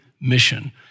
mission